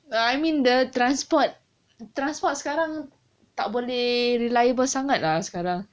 but I mean the transport transports sekarang tak boleh reliable sangat lah sekarang